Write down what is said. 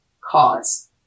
cause